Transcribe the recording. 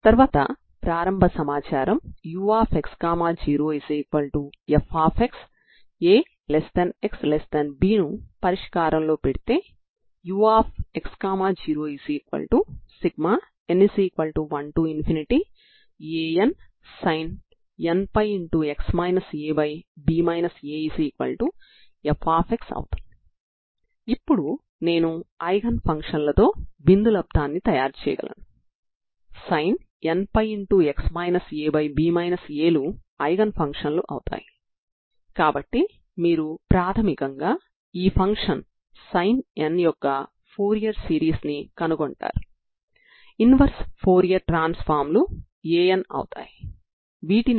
కాబట్టి ఇవి అన్ని సమయాలలో మీరు చూడగలిగే పరిమిత పొడవు కలిగిన స్ట్రింగ్ యొక్క వైబ్రేషన్ లు ఇక్కడ స్ట్రింగ్ యొక్క ఒక చివర నిర్ణయించబడి ఉంటుంది మరియు రెండవ చివర నిర్ణయించబడకుండా స్వేచ్ఛగా వదిలి వేయబడి ఉంటుంది